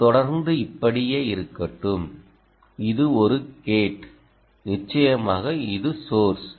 இது தொடர்ந்து இப்படியே இருக்கட்டும் இது ஒரு கேட் நிச்சயமாக இது சோர்ஸ்